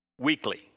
weekly